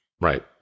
Right